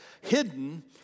hidden